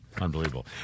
Unbelievable